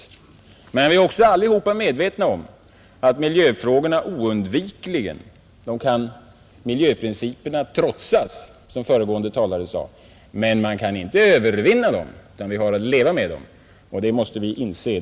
Men trots det är vi, som föregående talare sade, medvetna om att vi kan trotsa miljöprinciperna, men inte övervinna miljöprinciperna utan måste leva med dem.